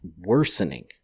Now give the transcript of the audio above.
worsening